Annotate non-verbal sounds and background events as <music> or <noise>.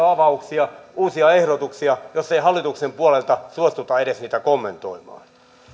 <unintelligible> avauksia uusia ehdotuksia jos ei hallituksen puolelta suostuta edes niitä kommentoimaan